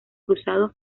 cruzado